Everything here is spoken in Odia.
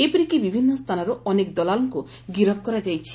ଏପରିକି ବିଭିନ୍ନ ସ୍ଥାନରୁ ଅନେକ ଦଲାଲଙ୍କୁ ଗିରଫ କରାଯାଇଛି